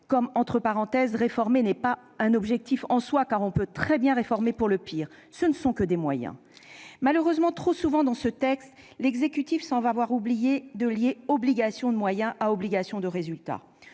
soi- de même que réformer n'est pas une fin en soi, car on peut très bien réformer pour le pire -; ce ne sont que des moyens. Malheureusement, trop souvent dans ce texte, l'exécutif semble avoir oublié de lier obligation de moyens à obligation de résultats.